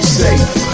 safe